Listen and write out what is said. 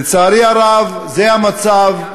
לצערי הרב, זה המצב.